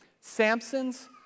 Samson's